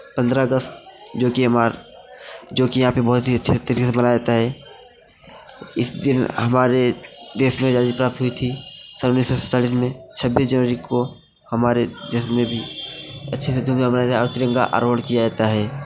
पन्द्रह अगस्त जो कि हमार जो कि यहाँ पर बहुत ही अच्छे तरीके से मनाया जाता है इस दिन हमारे देश में आजादी प्राप्त हुई थी सन उन्नीस सौ सैंतालिस में छब्बीस जनवरी को हमारे देश में भी अच्छे से तिरंगा और तिरंगा अरोहण किया जाता है